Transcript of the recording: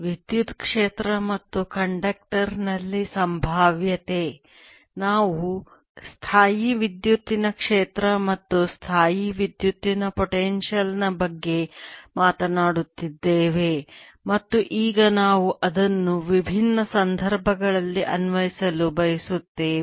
ವಿದ್ಯುತ್ ಕ್ಷೇತ್ರ ಮತ್ತು ಕಂಡಕ್ಟರ್ನಲ್ಲಿ ಸಂಭಾವ್ಯತೆ ನಾವು ಸ್ಥಾಯೀವಿದ್ಯುತ್ತಿನ ಕ್ಷೇತ್ರ ಮತ್ತು ಸ್ಥಾಯೀವಿದ್ಯುತ್ತಿನ ಪೊಟೆನ್ಶಿಯಲ್ನ ಬಗ್ಗೆ ಮಾತನಾಡುತ್ತಿದ್ದೇವೆ ಮತ್ತು ಈಗ ನಾವು ಅದನ್ನು ವಿಭಿನ್ನ ಸಂದರ್ಭಗಳಲ್ಲಿ ಅನ್ವಯಿಸಲು ಬಯಸುತ್ತೇವೆ